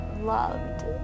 loved